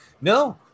No